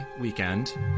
weekend